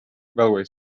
railway